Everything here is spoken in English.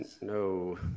No